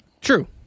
True